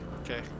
Okay